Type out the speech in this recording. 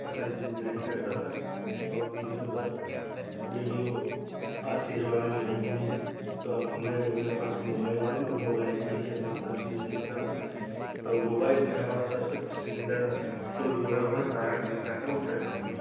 पसंद हीनहीं करता था और दूसरी बात रेडियो आज के ज़माने में है भी नहीं तो अब हमें मेरे पास मोबाईल है मैं मोबाईल पर ही अपना सब चीज़ देखता हूँ तो मोबाईल पर हमारा सबसे पसंदीदा शो जो है वह है तारक मेहता का उलट चश्मा